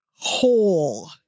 whole